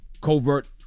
covert